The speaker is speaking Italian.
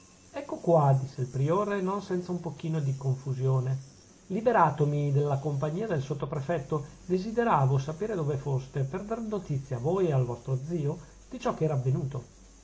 ecco qua disse il priore non senza un pochino di confusione liberatomi dalla compagnia del sottoprefetto desideravo sapere dove foste per dar notizia a voi e al vostro zio di ciò che era avvenuto